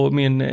min